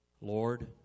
Lord